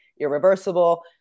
Irreversible